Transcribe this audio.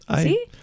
See